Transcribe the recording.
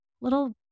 little